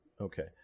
okay